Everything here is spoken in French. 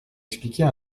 expliquer